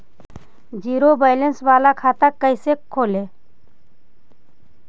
Zero balance बाला खाता कैसे खोले?